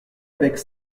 avec